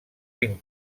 vint